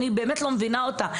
אני באמת לא מבינה אותה,